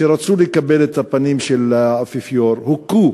שרצו לקבל את פני האפיפיור הוכו